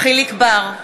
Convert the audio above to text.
יחיאל חיליק בר,